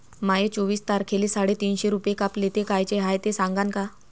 माये चोवीस तारखेले साडेतीनशे रूपे कापले, ते कायचे हाय ते सांगान का?